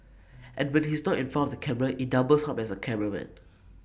and when he's not in front of the camera he doubles up as A cameraman